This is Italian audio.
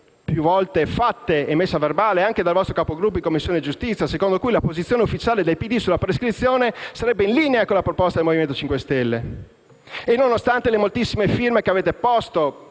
più volte fatte e messe a verbale anche dal vostro Capogruppo in Commissione giustizia, secondo cui la posizione ufficiale del Partito Democratico sulla prescrizione sarebbe in linea con la proposta del Movimento 5 Stelle, e nonostante le moltissime firme che, voi